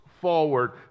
forward